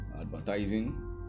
advertising